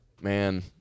Man